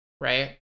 right